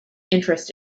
interest